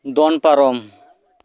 ᱫᱚᱱ ᱯᱟᱨᱚᱢ